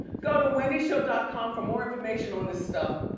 go to wendyshow dot com for more information on this stuff.